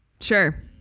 Sure